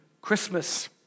Christmas